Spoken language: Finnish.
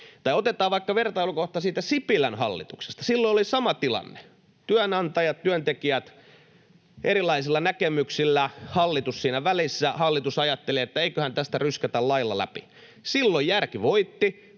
otetaan vertailukohta vaikka siitä Sipilän hallituksesta. Silloin oli sama tilanne: Työnantajat ja työntekijät olivat erilaisilla näkemyksillä, hallitus siinä välissä. Hallitus ajatteli, että eiköhän tästä ryskätä lailla läpi. Silloin järki voitti,